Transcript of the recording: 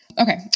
Okay